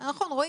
נכון, רועי.